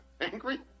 Angry